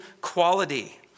quality